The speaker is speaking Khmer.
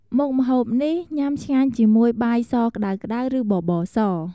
មុខម្ហូបនេះ ញុំាឆ្ងាញ់ជាមួយបាយសក្តៅៗ ឬបបរស។